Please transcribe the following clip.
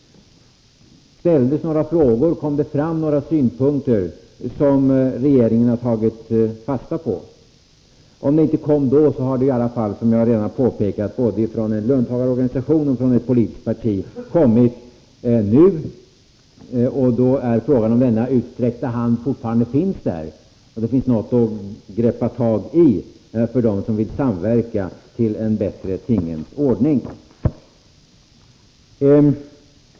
Ställdes några frågor? Kom det fram några synpunkter som regeringen har tagit fasta på? Om det inte kom fram några synpunkter då, så har det ju, som jag redan påpekat, både från en löntagarorganisation och från ett politiskt parti nu kommit förslag. Då är frågan om den utsträckta handen fortfarande finns där. Finns det något att greppa tag i för dem som vill samverka till en bättre tingens ordning?